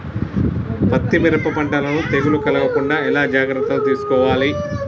పత్తి మిరప పంటలను తెగులు కలగకుండా ఎలా జాగ్రత్తలు తీసుకోవాలి?